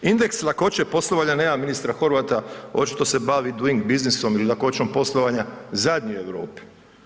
Indeks lakoće poslovanja, nema ministra Horvata, očito se bavi Doing Business-om ili lakoćom poslovanja, zadnji u Europi.